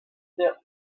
step